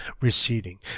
receding